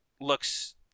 looks